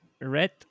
red